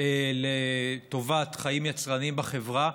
לטובת חיים יצרניים בחברה,